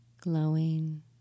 glowing